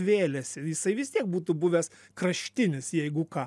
vėlėsi jisai vis tiek būtų buvęs kraštinis jeigu ką